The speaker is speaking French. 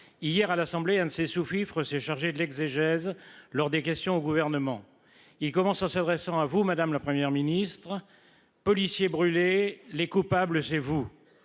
hier à l'Assemblée un de ses sous-fifres s'est chargé de l'exégèse lors des questions au gouvernement, il commence à s'adressant à vous madame, la Première ministre policier brûlé les coupables chez vous